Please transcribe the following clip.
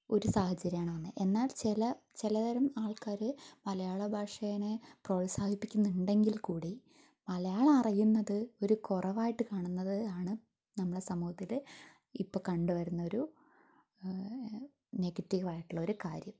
ഒരു സാഹചര്യമാണ് വന്നത് എന്നാൽ ചില ചിലതരം ആൾക്കാർ മലയാള ഭാഷേനെ പ്രോത്സാഹിപ്പിക്കുന്നുണ്ടെങ്കിൽക്കൂടി മലയാളം അറിയുന്നത് ഒരു കുറവായിട്ട് കാണുന്നത് ആണ് നമ്മുടെ സമൂഹത്തിലെ ഇപ്പോൾ കണ്ടുവരുന്നൊരു നെഗറ്റീവ് ആയിട്ടുള്ള ഒരു കാര്യം